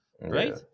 Right